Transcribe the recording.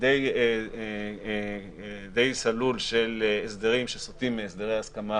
די סלול של הסדרים שסוטים מהסדרי ההסכמה